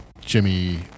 jimmy